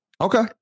okay